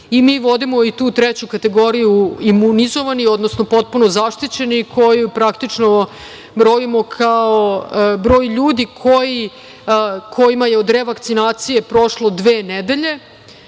Mi vodimo i tu treću kategoriju imunizovani, odnosno potpuno zaštićeni koje brojimo kao broj ljudi kojima je od revakcinacije prošlo dve nedelje